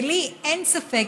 ולי אין ספק,